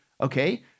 okay